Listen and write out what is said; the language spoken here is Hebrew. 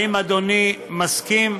האם אדוני מסכים?